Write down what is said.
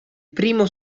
primo